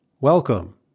Welcome